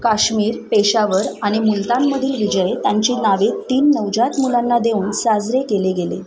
काश्मीर पेशावर आणि मुलतानमधील विजय त्यांची नावे तीन नवजात मुलांना देऊन साजरे केले गेले